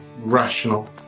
rational